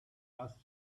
ask